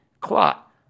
clot